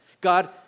God